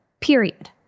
period